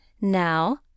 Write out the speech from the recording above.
Now